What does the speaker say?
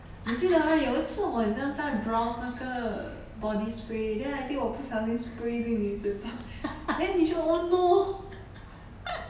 你记得吗有一次我好像在 browse 那个 body spray then I think 我不小心 spray 进你的嘴巴 then 你就 oh no